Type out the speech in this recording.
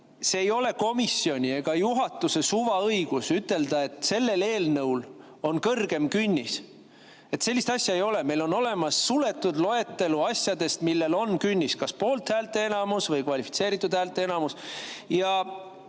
on. Ei ole komisjoni ega juhatuse suvaõigus ütelda, et sellel eelnõul on kõrgem künnis. Sellist asja ei ole. Meil on olemas suletud loetelu asjadest, millel on künnis, kas poolthäälte enamus või kvalifitseeritud häälteenamus.